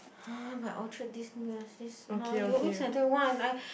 !huh! but ultra !huh! you always like that one I